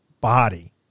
body